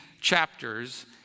chapters